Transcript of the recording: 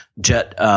Jet